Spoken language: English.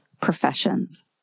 professions